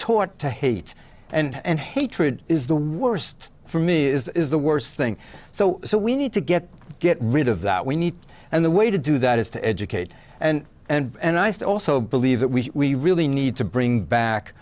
taught to hate and hatred is the worst for me is the worst thing so so we need to get get rid of that we need and the way to do that is to educate and and i still also believe that we really need to bring back